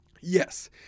Yes